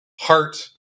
heart